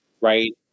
right